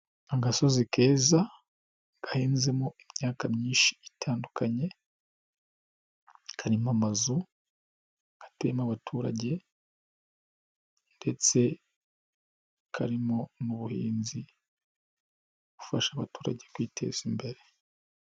Agasozi keza gahinzemo imyaka myinshi itandukanye karimo amazu, karimo amazu atuyemo abaturage ndetse karimo n'ubuhinzi bufasha abaturage kwiteza imbere.